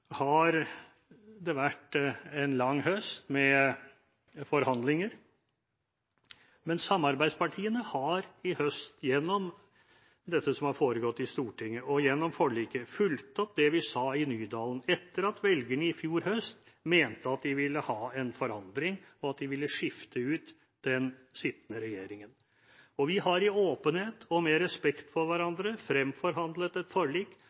Det har vært en lang høst med forhandlinger. Men samarbeidspartiene har i høst, gjennom dette som har foregått i Stortinget og gjennom forliket, fulgt opp det vi sa i Nydalen etter at velgerne i fjor høst mente de ville ha en forandring, at de ville skifte ut den sittende regjeringen. Vi har i åpenhet og med respekt for hverandre fremforhandlet et forlik,